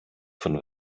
von